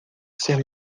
ser